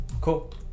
cool